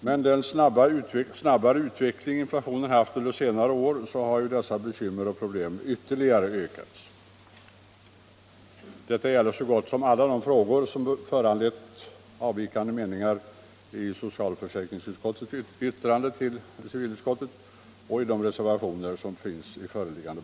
Med den snabbare utveckling inflationen haft under senare år har ju dessa bekymmer och problem ytterligare ökats. Detta gäller så gott som alla de frågor som föranlett avvikande meningar vid socialförsäkringsutskottets yttrande till civilutskottet och som tagits upp i reservationer till civilutskottets betänkande.